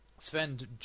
Sven